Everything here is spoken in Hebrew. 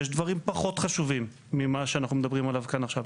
יש דברים פחות חשובים ממה שאנחנו מדברים עליהם כאן עכשיו,